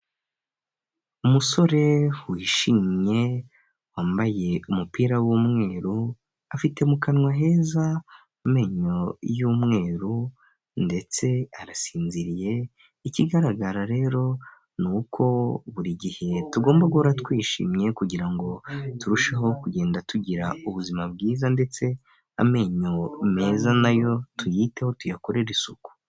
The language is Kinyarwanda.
Umusore wishimye wambaye umupira w'umweru, afite mu kanwa heza, amenyo y'umweru ndetse arasinziriye, ikigaragara rero ni uko buri gihe tugomba guhora twishimye kugira turusheho kugenda tugira ubuzima bwiza, ndetse amenyo meza nayo tuyiteho tuyakore isuku.